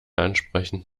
ansprechen